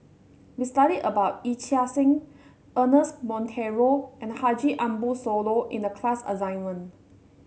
we studied about Yee Chia Hsing Ernest Monteiro and Haji Ambo Sooloh in the class assignment